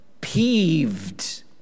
peeved